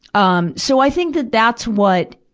um so, i think that that's what,